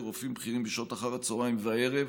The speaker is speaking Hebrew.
רופאים בכירים בשעות אחר הצוהריים והערב,